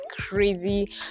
crazy